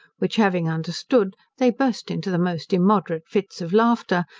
which having understood, they burst into the most immoderate fits of laughter,